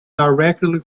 directly